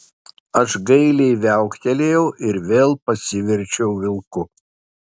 aš gailiai viauktelėjau ir vėl pasiverčiau vilku